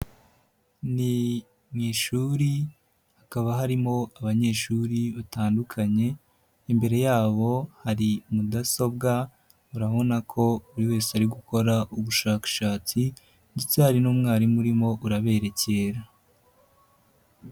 Ni mu ishuri hakaba harimo abanyeshuri batandukanye, imbere yabo hari mudasobwa ubarabona ko buri wese ari gukora ubushakashatsi ndetse hari n'umwarimu urimo uraberekera.